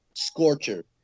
scorcher